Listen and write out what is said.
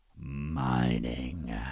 mining